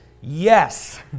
yes